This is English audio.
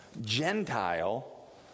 Gentile